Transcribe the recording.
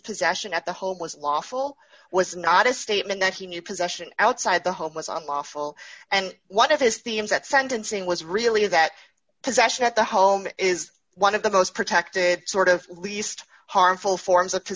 possession at the home was lawful was not a statement that he knew possession outside the home was unlawful and one of his themes at sentencing was really that possession at the home is one of the most protected sort of least harmful forms of